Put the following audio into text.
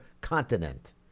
continent